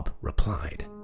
replied